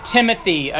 Timothy